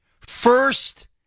First